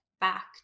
back